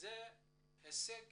זה הישג